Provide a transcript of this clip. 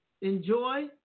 enjoy